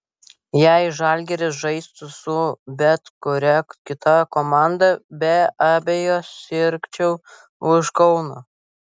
jei žalgiris žaistų su bet kuria kita komanda be abejo sirgčiau už kauną